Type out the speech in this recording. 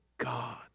God